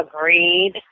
agreed